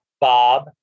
Bob